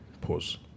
Pause